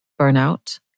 burnout